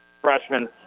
freshman